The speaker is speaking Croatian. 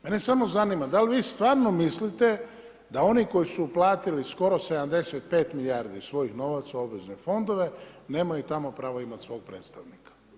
Mene samo zanima da li stvarno mislite da oni koji su uplatili skoro 75 milijardi svojih novaca u obvezne fondove, nemaju tamo pravo imat svog predstavnika?